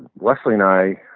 leslie and i,